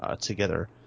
together